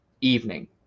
evening